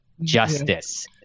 justice